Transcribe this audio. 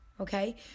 okay